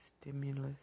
stimulus